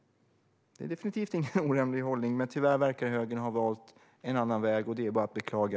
Det är definitivt ingen orimlig hållning. Men tyvärr verkar högern ha valt en annan väg, och det är bara att beklaga.